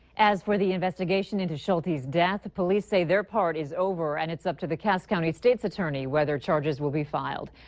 as for the investigation into shulte's death, police say their part is over and its up to the cass county state's attorney whether charges will be filed.